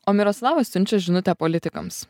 o miroslavas siunčia žinutę politikams